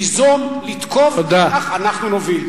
ליזום, לתקוף, וכך אנחנו נוביל.